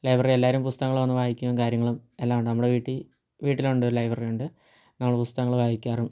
library എല്ലാവരും പുസ്തകങ്ങൾ വന്ന് വായിക്കും കാര്യങ്ങളും എല്ലാം ഉണ്ട് നമ്മൾ വീട്ടിൽ വീട്ടിലുണ്ട് ഒരു ലൈബ്രറി ഉണ്ട് നമ്മൾ പുസ്തകങ്ങൾ വായിക്കാറും